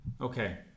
Okay